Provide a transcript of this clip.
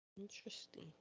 Interesting